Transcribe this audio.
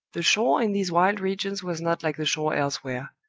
the shore in these wild regions was not like the shore elsewhere.